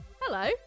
hello